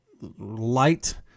light